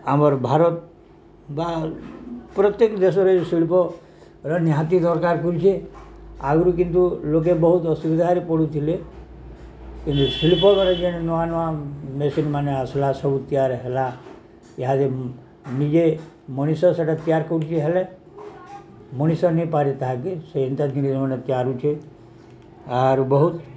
ଆମର ଭାରତ ବା ପ୍ରତ୍ୟେକ ଦେଶରେ ଶିଳ୍ପର ନିହାତି ଦରକାର କରୁଛେ ଆଗରୁ କିନ୍ତୁ ଲୋକେ ବହୁତ ଅସୁବିଧାରେ ପଡ଼ୁଥିଲେ କିନ୍ତୁ ଶିଳ୍ପରେ ଯେ ନୂଆ ନୂଆ ମେସିନ୍ମାନେ ଆସିଲା ସବୁ ତିଆରି ହେଲା ଇହାଦେ ନିଜେ ମଣିଷ ସେଟା ତିଆରି କରୁଛି ହେଲେ ମଣିଷ ନାଇଁପାରେ ତାହାକେ ସେ ଯେନ୍ତାକି ଗୋଟେ ତିଆରୁଛେ ଆରୁ ବହୁତ